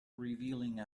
revealing